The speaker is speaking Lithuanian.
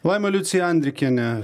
laima liucija andrikienė